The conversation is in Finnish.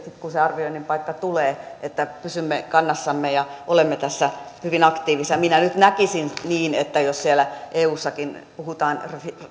kun se arvioinnin paikka tulee valvotaan sitä että pysymme kannassamme ja olemme tässä hyvin aktiivisia minä nyt näkisin niin että jos siellä eussakin puhutaan